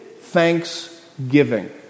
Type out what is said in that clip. thanksgiving